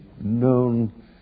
known